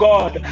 God